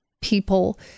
people